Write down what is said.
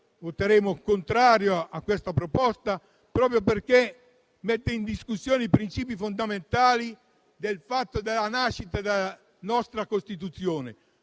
voteremo contro questa proposta, proprio perché mette in discussione i princìpi fondamentali che stanno alla base della nostra Costituzione